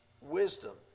Wisdom